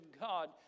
God